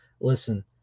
Listen